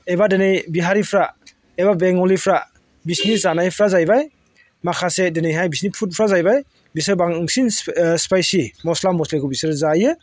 एबा दिनै बिहारिफोरा एबा बेंगलिफ्रा बिसोरनि जानायफ्रा जाहैबाय माखासे दिनैहाय बिसोरनि फुडफ्रा जाहैबाय बिसोर बांसिन स्पायसि मस्ला मस्लिखौ बिसोरो जायो